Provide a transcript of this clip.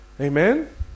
Amen